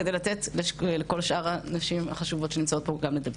כדי לתת לכל שאר הנשים החשובות שנמצאות פה גם לדבר.